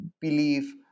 believe